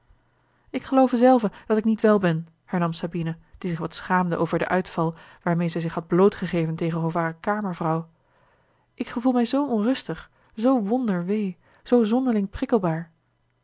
ik geloof zelve dat ik niet wel ben hernam sabina die zich wat schaamde over den uitval waarmeê zij zich had blootgegeven tegenover hare kamervrouw ik gevoel mij zoo onrustig zoo wonder wee zoo zonderling